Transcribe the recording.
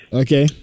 okay